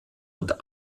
und